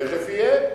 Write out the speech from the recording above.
תיכף יהיה.